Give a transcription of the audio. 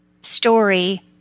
story